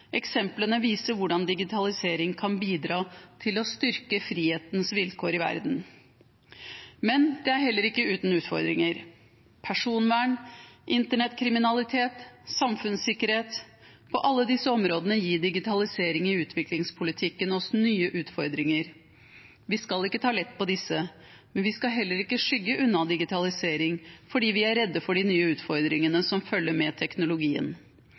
Eksemplene viser hvordan digitalisering kan bidra til å styrke frihetens vilkår i verden. Men det er heller ikke uten utfordringer. Personvern, internettkriminalitet, samfunnssikkerhet – på alle disse områdene gir digitalisering i utviklingspolitikken oss nye utfordringer. Vi skal ikke ta lett på disse, men vi skal heller ikke skygge unna digitalisering fordi vi er redde for de nye utfordringene som følger med teknologien.